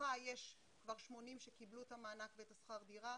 בתוכה יש כבר 80 שקיבלו את המענק ואת שכר הדירה.